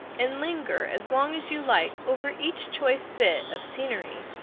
and linger as long as you like over each choice bit of scenery.